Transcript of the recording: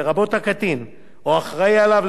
לרבות הקטין או האחראי לו,